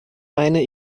meine